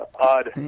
odd